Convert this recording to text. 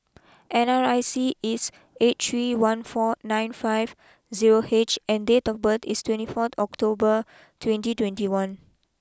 N R I C is eight three one four nine five zero H and date of birth is twenty four October twenty twenty one